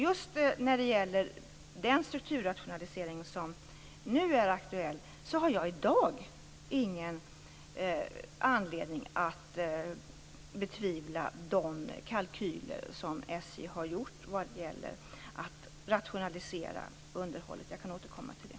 Just i fråga om den strukturrationalisering som är aktuell har jag i dag ingen anledning att betvivla de kalkyler som SJ har gjort vad gäller att rationalisera underhållet. Jag skall återkomma till det.